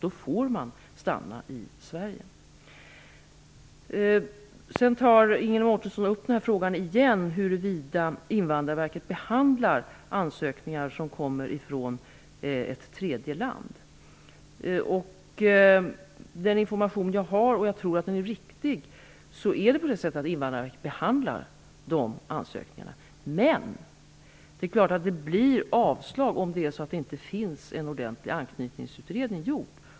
Då får man stanna i Sverige. Ingela Mårtensson tog återigen upp frågan om huruvida Invandrarverket behandlar ansökningar som kommer från ett tredje land. Enligt den information som jag har, och som jag tror är riktig, behandlar Invandrarverket de ansökningarna. Men det är klart att det blir avslag om det inte har gjorts en ordentlig anknytningsutredning.